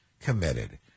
committed